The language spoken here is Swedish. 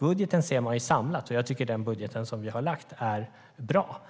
Budgeten ser man samlat, och den budget vi har lagt fram är bra.